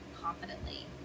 confidently